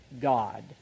God